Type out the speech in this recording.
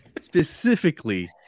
specifically